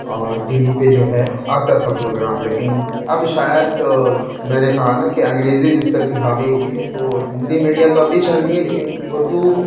اور TV پہ جو ہے آتا تھا پروگرام لیکن اب شاید میں نے کہا نا کہ انگریزی جس طرح سے حاوی ہوئی ہے تو ہندی میڈیا تو اب بھی چل رہی ہے لیکن اردو